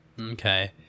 Okay